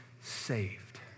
saved